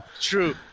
true